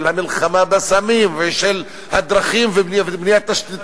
המלחמה בסמים ושל הדרכים ובניית תשתיות,